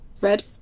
Red